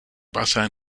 basa